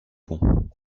bon